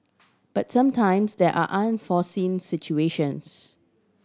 but sometimes there are unforeseen situations